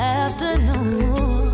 afternoon